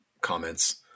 comments